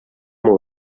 will